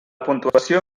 puntuació